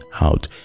out